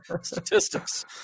statistics